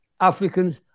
Africans